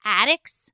addicts